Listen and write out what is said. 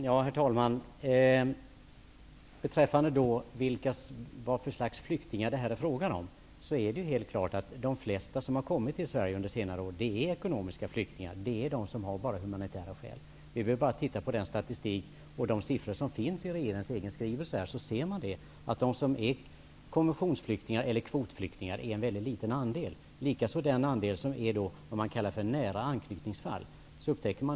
Herr talman! När det gäller frågan om vad detta är för slags flyktingar, är det helt klart att de flesta som har kommit till Sverige under senare år är ekonomiska flyktingar. De har bara humanitära skäl. Vi behöver bara titta på den statistik och de siff ror som finns i regeringens egen skrivelse. Där ser vi att de som är konventionsflyktingar eller kvot flyktingar är en mycket liten andel. Detsamma gäller för den andel som är vad man kallar för nära anknytningsfall.